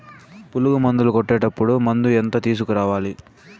పులుగు మందులు కొట్టేటప్పుడు మందు ఎంత తీసుకురావాలి?